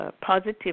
positive